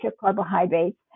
carbohydrates